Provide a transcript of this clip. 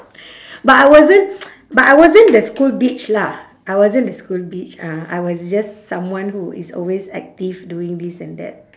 but I wasn't but I wasn't the school bitch lah I wasn't the school bitch uh I was just someone who is always active doing this and that